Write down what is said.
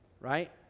Right